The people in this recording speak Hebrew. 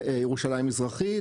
ירושלים מזרחית,